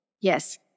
Yes